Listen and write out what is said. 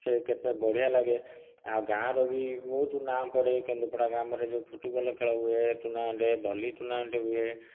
ସେ କେତେ ବଢ଼ିଆ ଲାଗେ ଆଉ ଗାଁର ବି ବହୁତ ନାଁ ପଡ଼େ କେନ୍ଦୁପଡ଼ା ଗାଁ ଆମର ଯେଉଁ ଫୁଟ୍ବଲ୍ ଖେଳ ହୁଏ ଟୁର୍ଣ୍ଣାମେଣ୍ଟ୍ ହୁଏ ଭଲ୍ଲି ଟୁର୍ଣ୍ଣାମେଣ୍ଟ୍ ହୁଏ